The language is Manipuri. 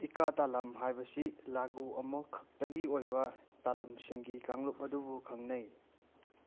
ꯏꯀꯥꯇꯥꯂꯥꯝ ꯍꯥꯏꯕꯁꯤ ꯂꯥꯒꯨ ꯑꯃꯈꯛꯇꯒꯤ ꯑꯣꯏꯕ ꯇꯥꯂꯝꯁꯤꯡꯒꯤ ꯀꯥꯡꯂꯨꯞ ꯑꯗꯨꯕꯨ ꯈꯪꯅꯩ